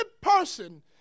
person